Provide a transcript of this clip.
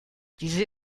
diese